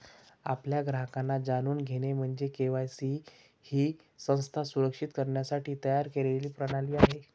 आपल्या ग्राहकांना जाणून घेणे म्हणजे के.वाय.सी ही संस्था सुरक्षित करण्यासाठी तयार केलेली प्रणाली आहे